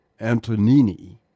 Antonini